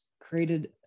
created